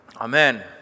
Amen